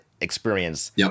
experience